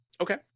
Okay